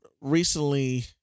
recently